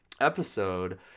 episode